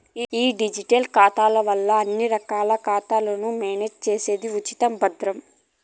ఈ డిజిటల్ ఖాతాల వల్ల అన్ని రకాల ఖాతాలను మేనేజ్ చేసేది ఉచితం, భద్రం